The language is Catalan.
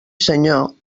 senyor